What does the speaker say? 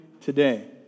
today